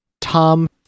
Tom